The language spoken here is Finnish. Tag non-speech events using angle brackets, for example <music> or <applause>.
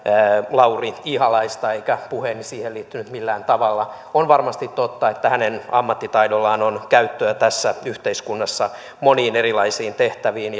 lauri ihalaista eikä puheeni siihen liittynyt millään tavalla on varmasti totta että hänen ammattitaidollaan on käyttöä tässä yhteiskunnassa moniin erilaisiin tehtäviin <unintelligible>